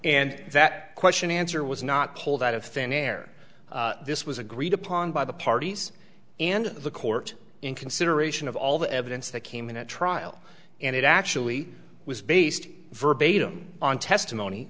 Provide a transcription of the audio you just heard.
that question answer was not pulled out of thin air this was agreed upon by the parties and the court in consideration of all the evidence that came in at trial and it actually was based verbatim on testimony